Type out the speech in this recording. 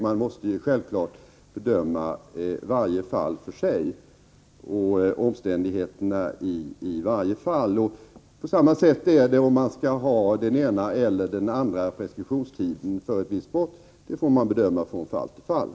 Man måste självfallet bedöma varje fall och omständigheterna i varje fall för sig. På samma sätt förhåller det sig när det gäller frågan om man skall ha den ena eller andra preskriptionstiden för ett visst brott. Även det får man bedöma från fall till fall.